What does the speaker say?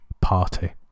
party